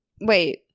Wait